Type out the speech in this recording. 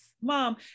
mom